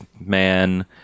man